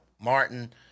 Martin